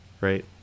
Right